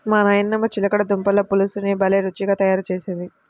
మా నాయనమ్మ చిలకడ దుంపల పులుసుని భలే రుచిగా తయారు చేసేది